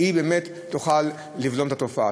באמת תוכל לבלום את התופעה.